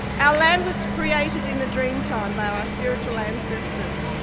our land was created in the dream time by our spiritual ancestors.